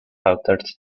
altered